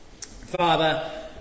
Father